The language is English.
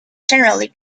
generally